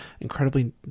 incredibly